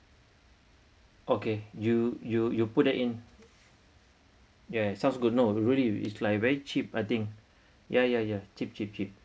okay you you you put that in yeah sounds good no really it's like very cheap I think ya ya ya cheap cheap cheap